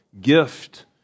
gift